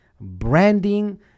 branding